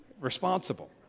responsible